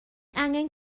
angen